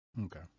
Okay